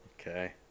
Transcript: Okay